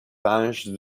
pêches